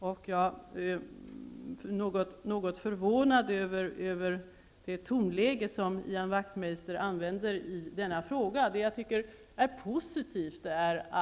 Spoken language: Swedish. Och jag är något förvånad över det tonläge som Ian Wachtmeister använde i denna fråga.